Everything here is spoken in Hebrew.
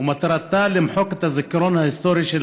ומטרתה למחוק את הזיכרון ההיסטורי של